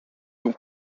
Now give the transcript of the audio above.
ton